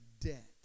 debt